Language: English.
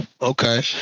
okay